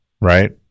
right